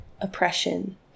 oppression